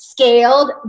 Scaled